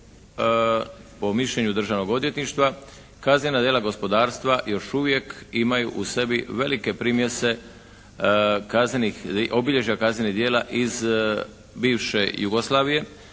po mišljenju Državnog odvjetništva kaznena djela gospodarstva još uvijek imaju u sebi velike primjese obilježja kaznenih djela iz bivše Jugoslavije